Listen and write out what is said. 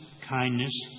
kindness